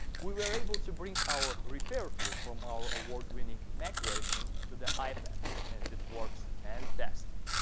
we were able to bring our repair tool from our award-winning mac version to the ipad and it works fantastic.